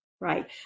right